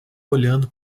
olhando